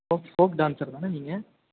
folk folk dancer தானே நீங்கள்